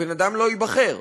הבן-אדם לא ייבחר.